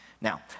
Now